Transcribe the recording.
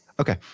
Okay